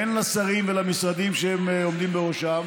הן לשרים ולמשרדים שהם עומדים בראשם